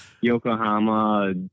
Yokohama